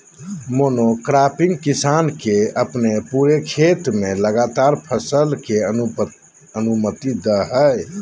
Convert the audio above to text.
monocropping किसान के अपने पूरे खेत में लगातार फसल के अनुमति दे हइ